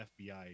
FBI